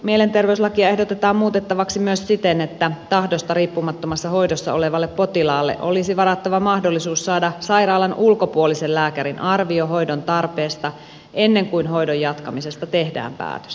mielenterveyslakia ehdotetaan muutettavaksi myös siten että tahdosta riippumattomassa hoidossa olevalle potilaalle olisi varattava mahdollisuus saada sairaalan ulkopuolisen lääkärin arvio hoidon tarpeesta ennen kuin hoidon jatkamisesta tehdään päätös